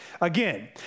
again